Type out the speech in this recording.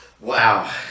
Wow